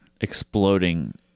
exploding